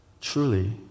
truly